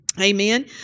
Amen